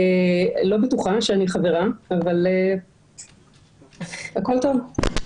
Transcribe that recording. אני לא בטוחה שאני חברה, אבל הכול טוב.